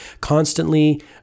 Constantly